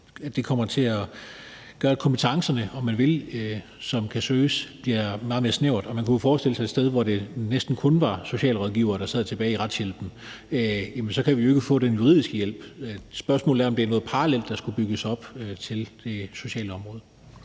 for kommer til at gøre kompetencerne, om man vil, som kan søges, meget mere snævre. Og man kunne forestille sig et sted, hvor det næsten kun var socialrådgivere, der sad tilbage i retshjælpen. Så kan vi jo ikke få den juridiske hjælp. Spørgsmålet er, om det er noget parallelt til socialområdet,